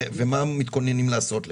ומה מתכוונים לעשות לגביו?